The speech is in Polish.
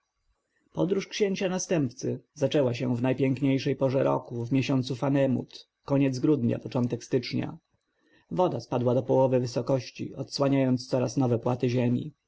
podróż księcia następcy zaczęła się w najpiękniejszej porze roku w miesiącu famenut koniec grudnia początek stycznia woda spadła do połowy wysokości odsłaniając coraz nowe płaty ziemi